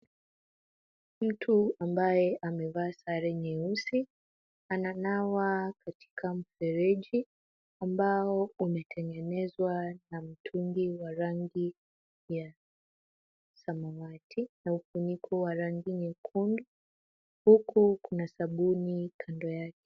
Mtu ambaye amevaa sare nyeusi, ananawa katika mfereji ambao umetengenezwa na mtungi wa rangi ya samawati, na ufuniko wa rangi nyekundu, huku kuna sabuni kando yake.